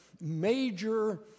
major